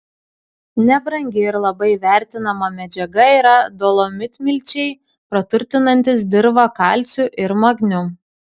nebrangi ir labai vertinama medžiaga yra dolomitmilčiai praturtinantys dirvą kalciu ir magniu